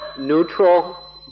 neutral